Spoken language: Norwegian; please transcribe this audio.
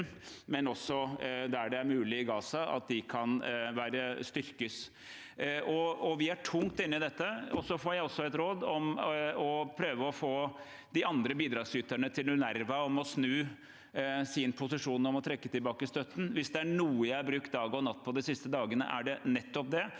men også der det er mulig i Gaza, kan styrkes. Vi er tungt inne i dette. Jeg har også fått råd om å prøve å få de andre bidragsyterne til UNRWA om å snu sin posisjon om å trekke tilbake støtten. Hvis det er noe jeg har brukt dag og natt på de siste dagene, er det nettopp det,